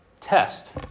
test